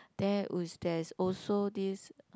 there there's also this